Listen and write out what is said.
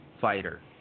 fighter